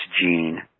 gene